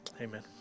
Amen